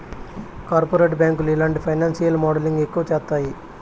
corporate బ్యాంకులు ఇలాంటి financial modelling ఎక్కువ చేత్తాయి